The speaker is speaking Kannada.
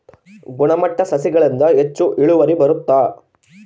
ಗುಣಮಟ್ಟ ಸಸಿಗಳಿಂದ ಹೆಚ್ಚು ಇಳುವರಿ ಬರುತ್ತಾ?